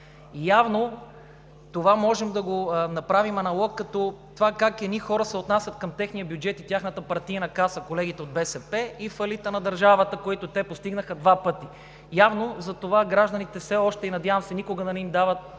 Явно това можем да го направим като аналог как едни хора се отнасят към техния бюджет и тяхната партийна каса, колегите от БСП, и фалита на държавата, който те постигнаха два пъти. Затова гражданите все още и, надявам се, никога да не им дават